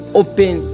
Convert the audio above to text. open